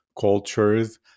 cultures